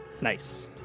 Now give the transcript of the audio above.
Nice